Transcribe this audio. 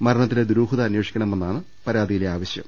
മരണത്തിലെ ദുരൂഹത അന്വേഷിക്കണ മെന്നാണ് പരാതിയിലെ ആവശ്യം